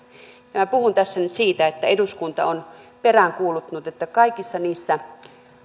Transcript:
minä puhun tässä nyt siitä että eduskunta on peräänkuuluttanut että kaikissa niissä